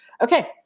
Okay